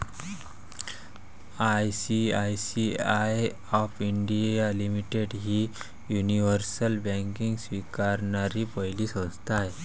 ICICI of India limited ही universal banking स्वीकारणारी पहिली संस्था आहे